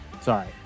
Sorry